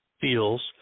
feels